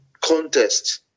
contest